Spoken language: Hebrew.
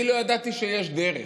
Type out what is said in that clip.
אני לא ידעתי שיש דרך,